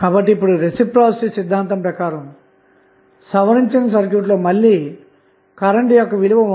కాబట్టి ఇప్పుడు రెసిప్రొసీటీ సిద్ధాంతం ప్రకారం సవరించిన సర్క్యూట్ లో మళ్ళీ I విలువ 1